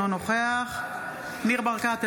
אינו נוכח ניר ברקת,